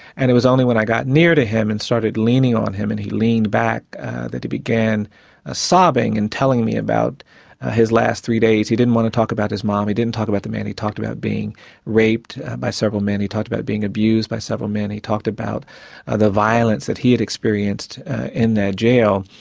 and it was only when i got near to him and started leaning on him and he leaned back that he began ah sobbing and telling me about his last three days. he didn't want to talk about his mum, um he didn't talk about the man, he talked about being raped by several men, he talked about being abused by several men, he talked about ah the violence that he had experienced in that jail.